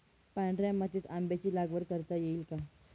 पांढऱ्या मातीत आंब्याची लागवड करता येईल का?